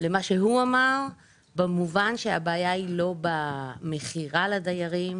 למה שהוא אמר במובן שהבעיה היא לא במכירה לדיירים.